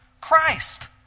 Christ